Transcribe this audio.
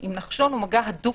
עם נחשון הוא מגע הדוק.